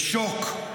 בשוק,